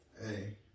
hey